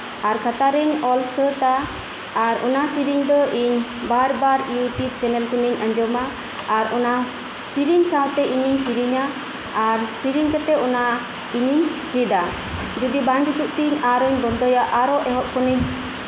ᱠᱷᱟᱛᱟᱨᱤᱧ ᱚᱞ ᱥᱟᱹᱛᱼᱟ ᱟᱨ ᱚᱱᱟ ᱥᱮᱨᱮᱧ ᱫᱚ ᱤᱧ ᱵᱟᱨ ᱵᱟᱨ ᱤᱭᱩᱴᱩᱵ ᱪᱮᱱᱮᱞ ᱠᱷᱚᱱᱤᱧ ᱟᱸᱡᱚᱢᱟ ᱟᱨ ᱚᱱᱟ ᱥᱮᱨᱮᱧ ᱥᱟᱶᱛᱮ ᱤᱧ ᱦᱚᱧ ᱥᱮᱨᱮᱧᱟ ᱟᱨ ᱥᱮᱨᱮᱧ ᱠᱟᱛᱮᱜ ᱚᱱᱟ ᱤᱧᱤᱧ ᱪᱮᱫᱟ ᱡᱚᱫᱤ ᱵᱟᱝ ᱡᱩᱛᱩᱜ ᱛᱤᱧ ᱛᱟᱦᱞᱤᱧ ᱵᱚᱱᱫᱚᱭᱟ ᱟᱨ ᱤᱧ